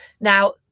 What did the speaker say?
Now